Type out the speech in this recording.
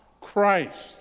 Christ